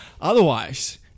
Otherwise